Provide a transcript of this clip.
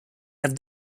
have